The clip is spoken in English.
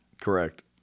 Correct